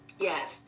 Yes